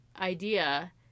idea